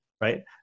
right